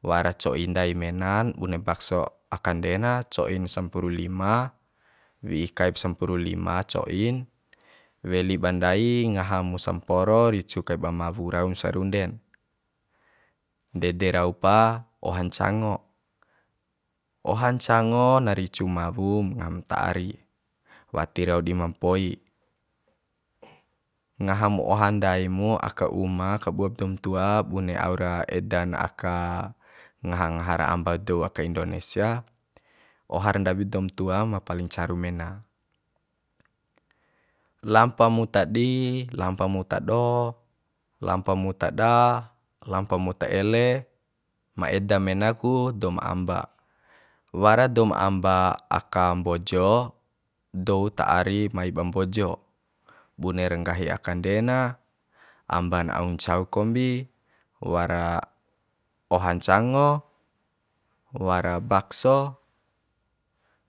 Wara co'i ndai menan bune bakso akande na co'i sampuru lima wi'i kaib sampuru lima co'in weli ba ndai ngaha mu samporo ricu kai ba mawu raun sarunden ndede rau pa oha ncango oha ncango na ricu mawum ngaham ta ari wati rau dima mpoi ngaham oha ndai mu aka uma kabuab doum tua bune au ra edan aka ngaha ngaha ra amba dou aka indonesia oha ra ndawi doum tua ma paling caru mena lampa mu ta di lampa mu ta do lampa mu ta da lampa mu ta ele ma eda mena ku doum amba wara doum amba aka mbojo dou ta ari maiba mbojo bune ra nggahi akande na amban au ncau kombi wara oha ncango wara bakso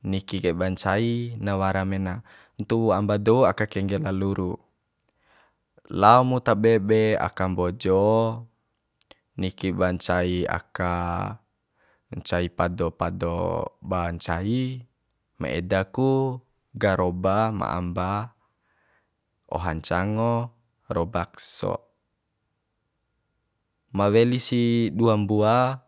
niki kaiba ncai na wara mena ntuwu amba dou aka kengge la luru lao mu tabe be aka mbojo niki ba ncai aka ncai pado pado ba ncai ma eda ku garoba ma amba oha ncango ro bakso ma weli si dou mbua